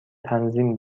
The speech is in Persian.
تنظیم